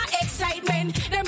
excitement